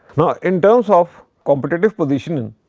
now, in terms of competitive position